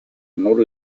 non